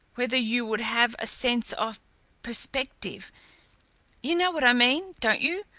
whether you would have a sense of perspective you know what i mean, don't you?